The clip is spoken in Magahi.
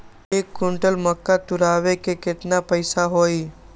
एक क्विंटल मक्का तुरावे के केतना पैसा होई?